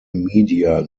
media